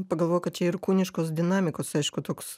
pagalvojau kad čia ir kūniškos dinamikos aišku toks